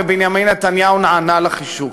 ובנימין נתניהו נענה לחישוק.